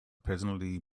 presently